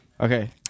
Okay